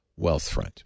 Wealthfront